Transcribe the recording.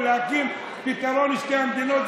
ולהקים פתרון של שתי המדינות.